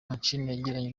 yagiranye